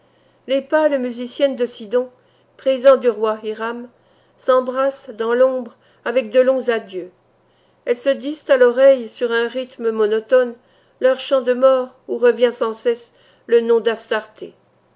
les pâles musiciennes de sidon présent du roi hiram s'embrassent dans l'ombre avec de longs adieux elles se disent à l'oreille sur un rythme monotone leur chant de mort où revient sans cesse le nom d'astarté